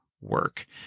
work